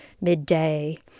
midday